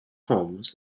homes